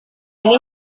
ini